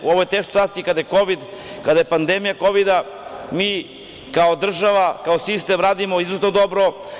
U ovoj teškoj situaciji, kada je Kovid, kada je pandemija Kovida, mi kao država, kao sistem radimo izuzetno dobro.